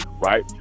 right